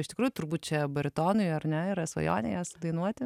iš tikrųjų turbūt čia baritonui ar ne yra svajonė ją sudainuoti